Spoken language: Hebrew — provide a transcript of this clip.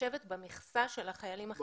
נחשבת במכסה של החיילים החרדים.